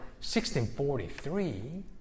1643